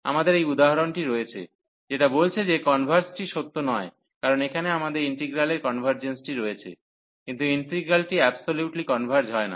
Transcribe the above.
আমাদের এই উদাহরণটি রয়েছে যেটা বলছে যে কনভারর্জটি সত্য নয় কারণ এখানে আমাদের ইন্টিগ্রালের কনভার্জেন্সটি রয়েছে কিন্তু ইন্টিগ্রালটি অ্যাবসোলিউটলি কনভার্জ হয় না